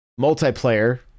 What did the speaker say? multiplayer